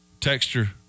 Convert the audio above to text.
Texture